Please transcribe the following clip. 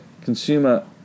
consumer